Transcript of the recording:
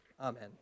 amen